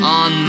on